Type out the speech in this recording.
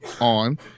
on